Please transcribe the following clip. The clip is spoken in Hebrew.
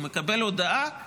הוא מקבל הודעה על